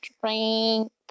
drink